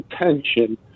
attention